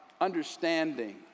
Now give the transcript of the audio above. understanding